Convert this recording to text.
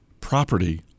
property